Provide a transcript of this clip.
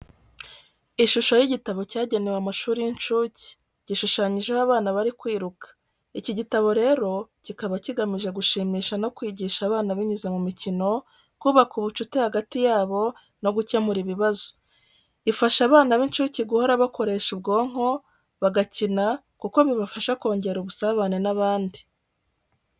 Ishusho y’igitabo cyagenewe amashuri y'incuke, gishushanyijeho abana bari kwiruka. Iki igitabo rero kikaba kigamije gushimisha no kwigisha abana binyuze mu mikino, kubaka ubucuti hagati yabo, no gukemura ibibazo. Ifasha abana b'incuke guhora bakoresha ubwonko, bagakina kuko bibafasha kongera ubusabane n'abandi.